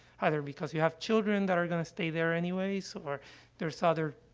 either because you have children that are going to stay there anyways or there's other,